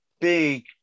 big